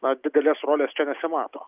na didelės rolės čia nesimato